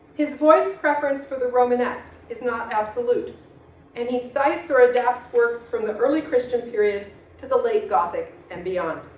his voiced preference for the romanesque is not absolute and he cites or adapts work from the early christian period to the late gothic and beyond